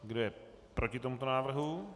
Kdo je proti tomuto návrhu?